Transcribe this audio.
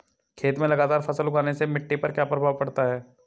खेत में लगातार फसल उगाने से मिट्टी पर क्या प्रभाव पड़ता है?